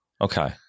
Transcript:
okay